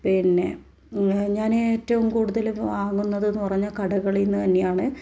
പിന്നെ ഞാൻ ഏറ്റവും കൂടുതൽ വാങ്ങുന്നതെന്നു പറഞ്ഞാൽ കടകളിൽ നിന്ന് തന്നെയാണ്